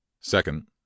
Second